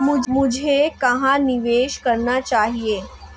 मुझे कहां निवेश करना चाहिए?